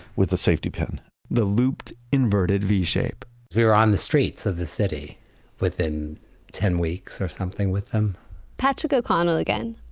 with a safety pin the looped, inverted v-shape we were on the streets of the city within ten weeks or something with them patrick o'connell again.